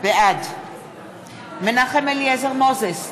בעד מנחם אליעזר מוזס,